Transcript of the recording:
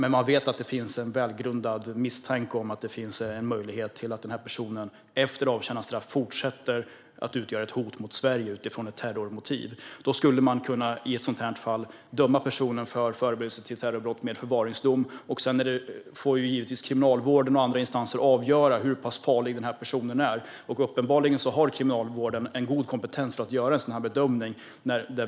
Om det finns en välgrundad misstanke om att personen i fråga efter avtjänat straff fortsätter att utgöra ett hot mot Sverige utifrån ett terrormotiv skulle man dock i ett sådant fall kunna döma personen för förberedelse till terrorbrott, med förvaringsdom. Sedan får givetvis Kriminalvården och andra instanser avgöra hur pass farlig personen är. Uppenbarligen har Kriminalvården en god kompetens för att göra en sådan här bedömning.